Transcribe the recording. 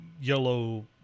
yellow